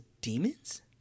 demons